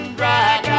drag